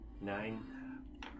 Nine